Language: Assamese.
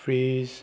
ফ্ৰিজ